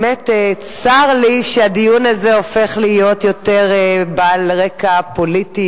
באמת צר לי שהדיון הזה הופך להיות יותר בעל רקע פוליטי,